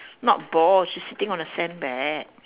not ball she sitting on a sandbag